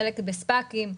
חלק בספאקים,